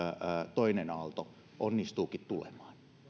toinen aalto onnistuukin tulemaan